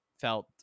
felt